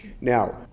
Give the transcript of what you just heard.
Now